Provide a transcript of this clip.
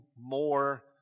more